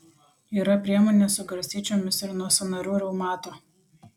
yra priemonė su garstyčiomis ir nuo sąnarių reumato